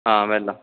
आं बेह्ला